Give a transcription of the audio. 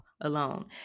alone